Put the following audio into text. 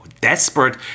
desperate